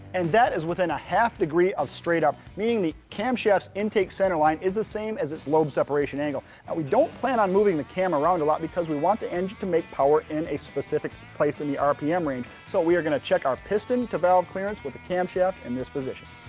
and that is within a half degree of straight up, meaning the cam shaft's intake centerline is the same as its lobe separation angle. now we don't plan on moving the cam around a lot because we want the engine to make power in a specific place in the r p m range. so we are gonna check our piston to valve clearance with the cam shaft in this position.